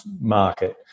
market